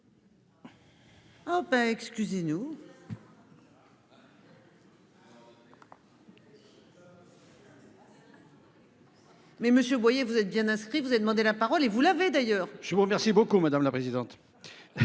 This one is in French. Oh bah, excusez-nous. Mais Monsieur Boyer, vous êtes bien inscrit. Vous avez demandé la parole et vous l'avez d'ailleurs. Je vous remercie beaucoup, madame la présidente.